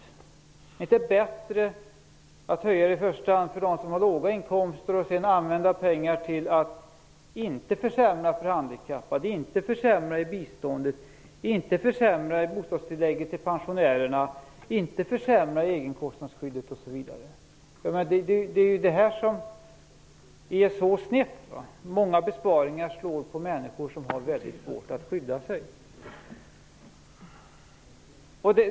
Är det inte bättre att i första hand höja den för dem som har låga inkomster och sedan använda pengarna till att inte försämra för handikappade, inte försämra i biståndet, inte försämra i bostadstillägget till pensionärerna, inte försämra i egenkostnadsskyddet osv.? Det är så snett i dag. Många besparingar slår mot människor som har det väldigt svårt att skydda sig.